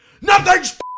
Nothing's